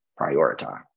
Prioritize